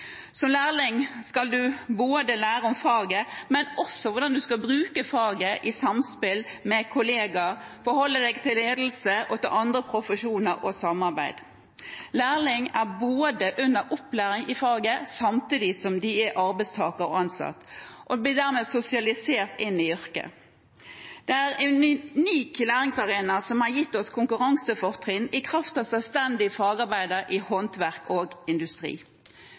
Som lærling skal en ikke bare lære om faget, men også hvordan en skal bruke faget i samspill med kollegaer, forholde seg til ledelse og andre profesjoner og samarbeid. Lærlingen er under opplæring i faget samtidig som vedkommende er arbeidstaker og ansatt, og blir dermed sosialisert inn i yrket. Det er en unik læringsarena som har gitt oss konkurransefortrinn i kraft av selvstendige fagarbeidere i håndverk og industri.